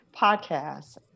podcast